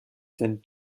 sind